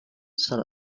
sell